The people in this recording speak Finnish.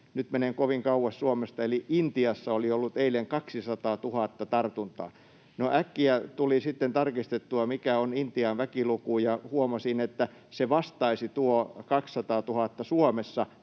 nyt menee kovin kauas Suomesta — että Intiassa oli ollut eilen 200 000 tartuntaa. No äkkiä tuli sitten tarkistettua, mikä on Intian väkiluku, ja huomasin, että tuo 200 000 vastaisi